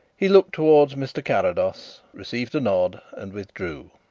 he looked towards mr. carrados, received a nod and withdrew.